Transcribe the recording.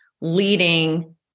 leading